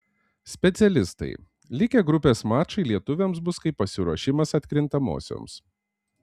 specialistai likę grupės mačai lietuviams bus kaip pasiruošimas atkrintamosioms